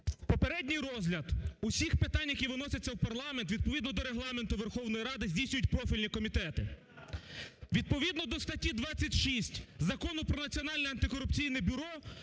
Попередній розгляд усіх питань, які виносяться в парламент, відповідно до Регламенту Верховної Ради здійснюють профільні комітети. Відповідно до статті 26 Закону "Про Національне антикорупційне бюро"